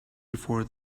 before